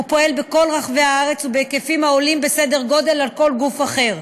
הוא פועל בכל רחבי הארץ ובהיקפים העולים בסדרי גודל על כל גוף אחר,